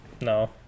No